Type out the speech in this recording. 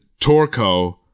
Torco